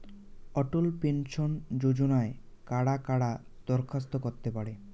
অটল pension যোজনায় কারা কারা দরখাস্ত করতে পারে?